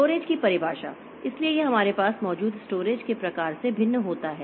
storage की परिभाषा इसलिए यह हमारे पास मौजूद स्टोरेज के प्रकार से भिन्न होता है